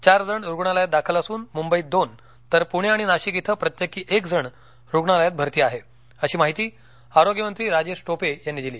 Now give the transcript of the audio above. चारजण रुग्णालयात दाखल असून मुंबईत दोनतर पूणे आणि नाशिक इथं प्रत्येकी एक जण रुग्णालयात भरती आहे अशी माहिती आरोग्यमंत्री राजेश टोपे यांनी दिली आहे